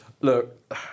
look